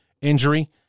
injury